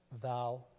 thou